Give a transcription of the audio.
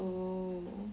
oh